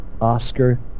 Oscar